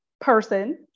person